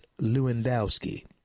Lewandowski